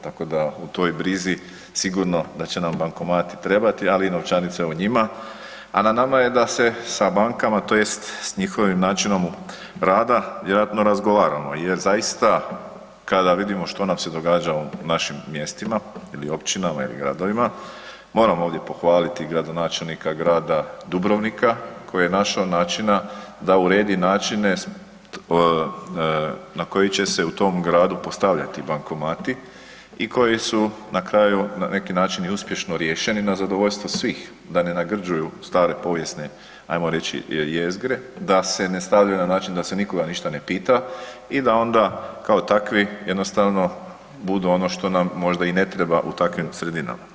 Tako da u toj brizi sigurno da će nam bankomati trebati, ali i novčanice u njima, a na nama je da se sa bankama tj. s njihovim načinom rada vjerojatno razgovaramo jer zaista kada vidimo što nam se događa u našim mjestima ili općinama ili gradovima, moram ovdje pohvaliti gradonačelnika grada Dubrovnika koji je našao načina da uredi načine na koji će se u tom gradu postavljati bankomati i koji su na kraju na neki način i uspješno riješeni na zadovoljstvo svih da ne nagrđuju stare povijesne ajmo reći jezgre, da se ne stavljaju na način da se nikoga ništa ne pita i da onda kao takvi jednostavno budu ono što nam možda i ne treba u takvim sredinama.